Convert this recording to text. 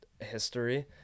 history